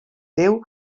déu